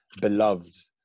beloved